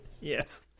Yes